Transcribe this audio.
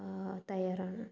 തയ്യാറാണ്